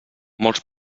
molts